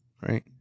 right